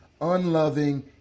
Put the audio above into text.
Unloving